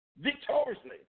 victoriously